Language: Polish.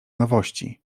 nowości